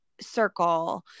circle